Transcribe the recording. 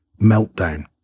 meltdown